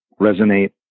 resonate